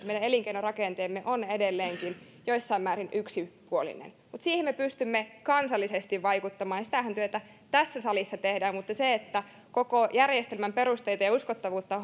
meidän elinkeinorakenteemme on edelleenkin jossain määrin yksipuolinen mutta siihen me pystymme kansallisesti vaikuttamaan ja sitä työtähän tässä salissa tehdään mutta siitä että koko järjestelmän perusteita ja uskottavuutta